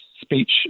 speech